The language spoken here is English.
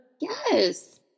Yes